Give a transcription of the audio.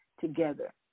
together